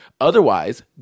Otherwise